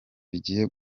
bigiye